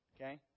okay